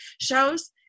shows